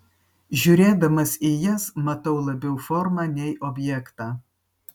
žiūrėdamas į jas matau labiau formą nei objektą